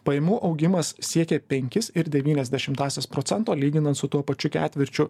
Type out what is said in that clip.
pajamų augimas siekė penkis ir devynias dešimtąsias procento lyginan su tuo pačiu ketvirčiu